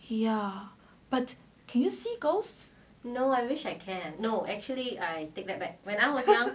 ya but can you see ghosts